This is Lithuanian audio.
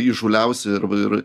įžūliausi ir